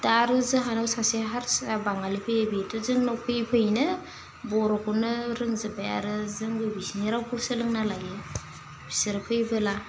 दा आरो जोहानाव सासे हारसा बाङालि फैयै बेथ' जोंनाव फैयै फैयैनो बर'खौनो रोंजोबबाय आरो जोंबो बिसिनि रावखौ सोलोंना लायो फिसोरो फैबोला